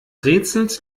rätsels